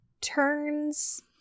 turns